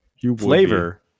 Flavor